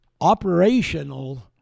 operational